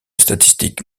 statistique